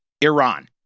Iran